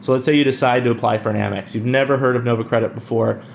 let's say you decide to apply for an amex. you've never heard of nova credit before,